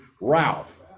Ralph